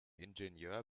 ingenieur